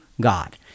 God